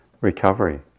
recovery